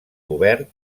obert